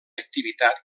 activitat